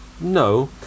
No